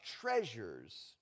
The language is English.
treasures